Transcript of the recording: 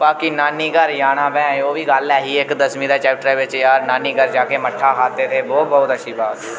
बाकी नानी घर जाना ओह् बी गल्ल ऐही इक दसमीं दे चैप्टरा बिच यार नानी घर जाकर मट्ठा खाते थे बहुत बहुत अच्छी बात